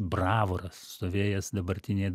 bravoras stovėjęs dabartinėje